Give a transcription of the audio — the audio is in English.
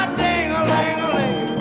ding-a-ling-a-ling